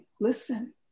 listen